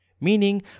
Meaning